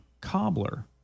Cobbler